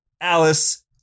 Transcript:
Alice